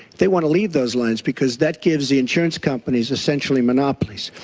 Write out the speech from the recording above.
they want to leave those lines because that gives the insurance companies, essentially monopolies.